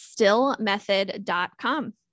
stillmethod.com